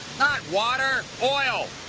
not water, oil,